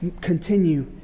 continue